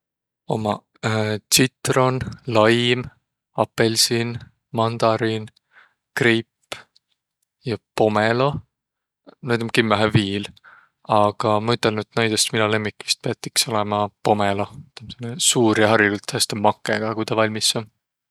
Ummaq tsitron, laim, apõlsiin, mandariin, greip ja pomelo. Näid om kimmähe viil, aga maq ütelnüq, et näidest mino lemmik vist piät iks olõma pomelo. Tuu om sääne suur ja hariligult häste makõ ka, ku tä valmis om.